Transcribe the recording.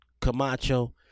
Camacho